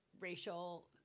racial